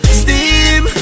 steam